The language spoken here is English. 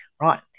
right